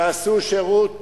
שעשו שירות